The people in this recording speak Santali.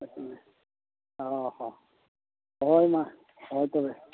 ᱦᱮᱸ ᱚ ᱦᱚᱸ ᱦᱳᱭ ᱢᱟ ᱦᱳᱭ ᱛᱚᱵᱮ